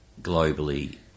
globally